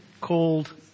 called